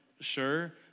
sure